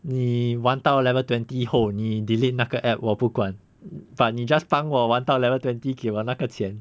你玩到 level twenty 后你 delete 那个 app 我不管 but 你 just 帮我玩到 level twenty 给我那个钱